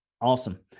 awesome